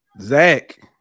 Zach